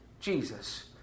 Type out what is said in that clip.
Jesus